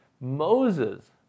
Moses